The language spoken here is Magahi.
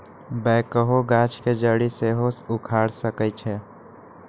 बैकहो गाछ के जड़ी के सेहो उखाड़ सकइ छै